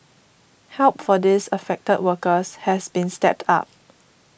help for these affected workers has been stepped up